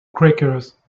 crackers